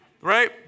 Right